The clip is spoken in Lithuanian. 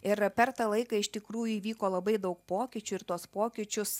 ir per tą laiką iš tikrųjų įvyko labai daug pokyčių ir tuos pokyčius